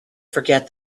forget